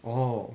orh